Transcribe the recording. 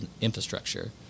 infrastructure